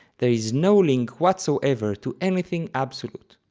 there is no link whatsoever to anything absolute,